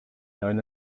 known